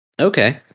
Okay